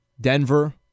Denver